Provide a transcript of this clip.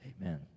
amen